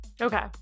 okay